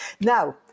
Now